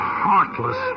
heartless